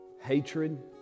hatred